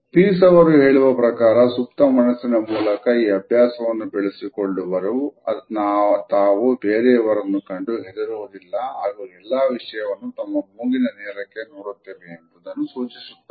piece ಅವರು ಹೇಳುವ ಪ್ರಕಾರ ಸುಪ್ತ ಮನಸ್ಸಿನ ಮೂಲಕ ಈ ಅಭ್ಯಾಸವನ್ನು ಬೆಳೆಸಿಕೊಳ್ಳುವರು ತಾವು ಬೇರೆಯವರನ್ನು ಕಂಡು ಹೆದರುವುದಿಲ್ಲ ಹಾಗೂ ಎಲ್ಲಾ ವಿಷಯವನ್ನು ತಮ್ಮ ಮೂಗಿನ ನೇರಕ್ಕೆ ನೋಡುತ್ತೇವೆ ಎಂಬುದನ್ನು ಸೂಚಿಸುತ್ತಾರೆ